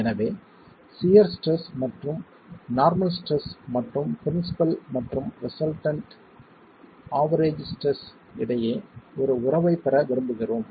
எனவே shear stress மற்றும் normal stress மற்றும் பிரின்ஸிபல் மற்றும் ரிசல்டன்ட்க்கு ஆவெரேஜ் ஸ்ட்ரெஸ் இடையே ஒரு உறவைப் பெற விரும்புகிறோம்